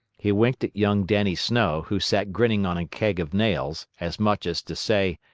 he winked at young dannie snow, who sat grinning on a keg of nails, as much as to say,